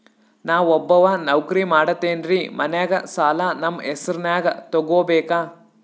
ನಾ ಒಬ್ಬವ ನೌಕ್ರಿ ಮಾಡತೆನ್ರಿ ಮನ್ಯಗ ಸಾಲಾ ನಮ್ ಹೆಸ್ರನ್ಯಾಗ ತೊಗೊಬೇಕ?